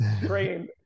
train